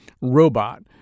robot